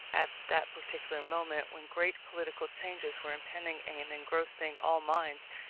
at that particular moment, when great political changes were impending, and engrossing all minds,